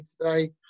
today